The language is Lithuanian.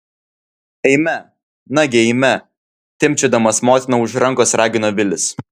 eime nagi eime timpčiodamas motiną už rankos ragino vilis